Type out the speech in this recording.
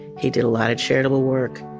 he did a lot of charitable work.